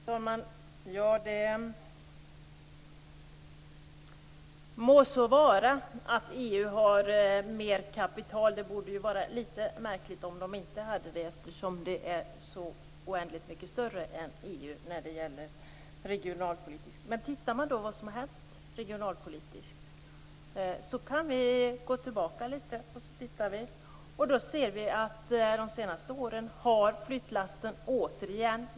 Fru talman! Det må så vara att EU har mer kapital. Det vore litet märkligt om det inte hade det, eftersom EU är så oändligt mycket större än Sverige när det gäller regionalpolitik. Vi kan gå tillbaka och titta på vad om har hänt regionalpolitiskt. Då ser vi att flyttlassen de senaste åren återigen har gått mot storstäderna.